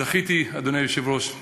זכיתי, אדוני היושב-ראש,